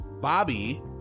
Bobby